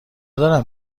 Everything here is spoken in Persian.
دارم